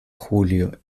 julio